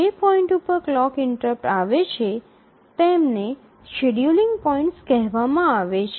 જે પોઇન્ટ્સ પર clock interrupt આવે છે તેમને શેડ્યૂલિંગ પોઇન્ટ્સ કહેવામાં આવે છે